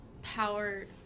power